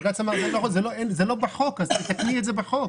בג"ץ אמר שזה לא בחוק, אז תתקני את זה בחוק.